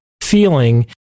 feeling